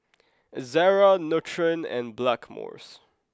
Ezerra Nutren and Blackmores